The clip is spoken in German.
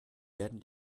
werden